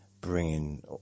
bringing